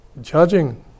judging